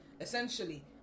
essentially